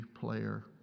player